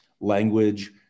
language